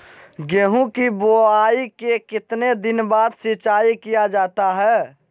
गेंहू की बोआई के कितने दिन बाद सिंचाई किया जाता है?